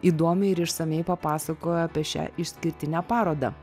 įdomiai ir išsamiai papasakojo apie šią išskirtinę parodą